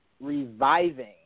reviving